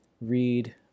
read